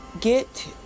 Get